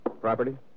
Property